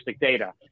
data